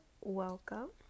welcome